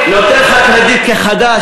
כחדש,